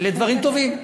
אלה דברים טובים.